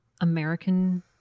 American